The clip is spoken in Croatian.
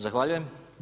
Zahvaljujem.